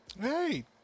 Hey